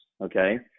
Okay